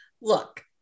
look